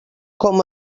com